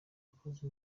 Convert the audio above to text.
yakoze